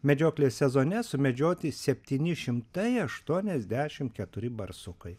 medžioklės sezone sumedžioti septyni šimtai aštuoniasdešim keturi barsukai